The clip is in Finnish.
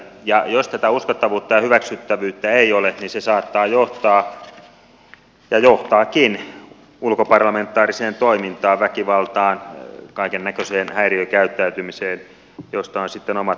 ja jos tätä uskottavuutta ja hyväksyttävyyttä ei ole niin se saattaa johtaa ja johtaakin ulkoparlamentaariseen toimintaan väkivaltaan kaikennäköiseen häiriökäyttäytymiseen josta on sitten omat murheensa